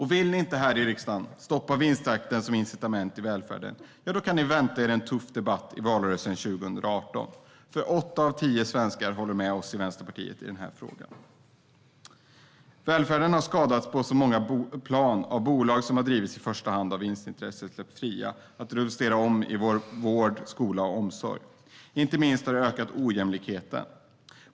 Vill ni här i riksdagen inte stoppa vinstjakten som incitament i välfärden kan ni vänta er en tuff debatt i valrörelsen 2018, för åtta av tio svenskar håller med oss i Vänsterpartiet i den här frågan. Välfärden har skadats på många plan av att bolag som i första hand drivs av vinstintresse har släppts fria att rumstera om i vår vård, skola och omsorg. Inte minst har det ökat ojämlikheten.